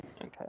Okay